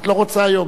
את לא רוצה היום?